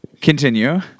continue